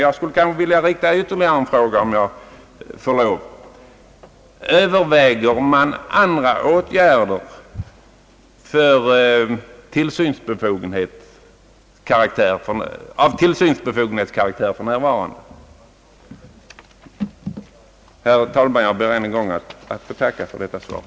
Jag får kanske lov att ställa ytterligare en fråga: Överväger man i socialdepartementet andra åtgärder av tillsynsbefogenhetskaraktär? Herr talman! Jag ber än en gång få tacka för svaret.